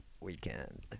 weekend